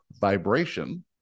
vibration